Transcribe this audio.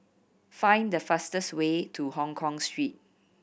find the fastest way to Hongkong Street